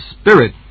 Spirit